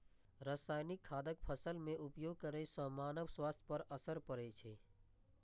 रासायनिक खादक फसल मे उपयोग करै सं मानव स्वास्थ्य पर असर पड़ै छै